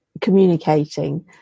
communicating